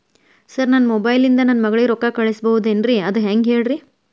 sir ನನ್ನ mobile ಇಂದ ನನ್ನ ಮಗಳಿಗೆ ರೊಕ್ಕಾ ಕಳಿಸಬಹುದೇನ್ರಿ ಅದು ಹೆಂಗ್ ಹೇಳ್ರಿ